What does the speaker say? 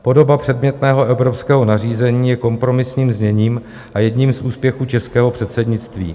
Podoba předmětného evropského nařízení je kompromisním zněním a jedním z úspěchů českého předsednictví.